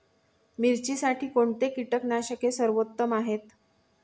मिरचीसाठी कोणते कीटकनाशके सर्वोत्तम आहे?